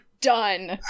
done